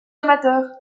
amateurs